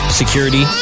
security